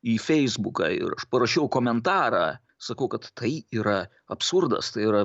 į feisbuką ir aš parašiau komentarą sakau kad tai yra absurdas tai yra